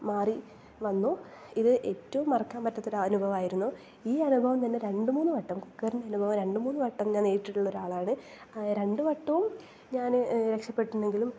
മാറി വന്നു ഇത് ഏറ്റവും മറക്കാൻ പറ്റാത്തൊരു അനുഭവമായിരുന്നു ഈ അനുഭവം തന്നെ രണ്ട് മൂന്ന് വട്ടം കുക്കറിൻ്റെ അനുഭവം രണ്ട് മൂന്ന് വട്ടം ഞാൻ നേരിട്ടിട്ടുള്ളൊരാളാണ് രണ്ട് വട്ടവും ഞാൻ രക്ഷപെട്ടിനെങ്കിലും